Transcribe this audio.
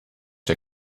der